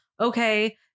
okay